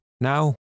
now